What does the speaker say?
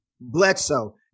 Bledsoe